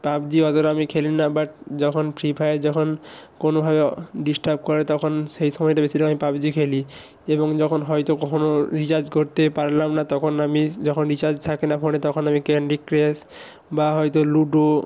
PUBG অতটা আমি খেলি না বাট যখন ফ্রি ফায়ার যখন কোনোভাবে ডিস্টার্ব করে তখন সেই সময়টা বেশিরভাগ আমি পাবজি খেলি এবং যখন হয়তো কখনও রিচার্জ করতে পারলাম না তখন আমি যখন রিচার্জ থাকে না ফোনে তখন আমি ক্যান্ডি ক্রাশ বা হয়তো লুডো